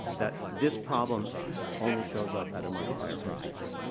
that this problem only shows up at a much higher frequency.